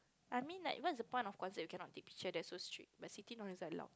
I mean like what's the point of concert where you cannot take picture that is so strict but city is not allowed